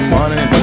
money